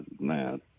man